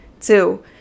Two